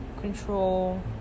control